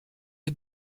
les